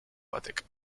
batek